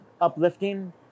uplifting